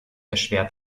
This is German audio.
erschwert